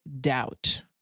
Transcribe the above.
doubt